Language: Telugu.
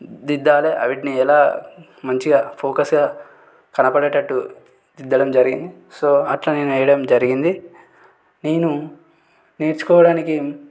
దిద్దాలే వీటిని ఎలా మంచిగా ఫోకస్గా కనపడేటట్టు దిద్దడం జరిగింది సో అలా నేను వెయ్యడం జరిగింది నేను నేర్చుకోవడానికి